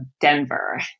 Denver